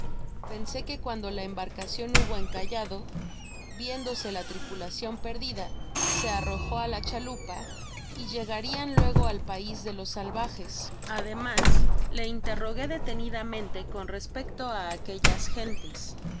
pensé que cuando la embarcacion hubo encallado viéndose la tripulacion perdida se arrojó á la chalupa y llegarian luego al pais de los salva jes ademas le interrogué detenidamente con respecto á aquellas gentes